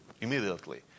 immediately